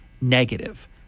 Negative